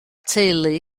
teulu